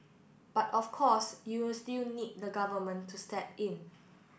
but of course you'll still need the Government to step in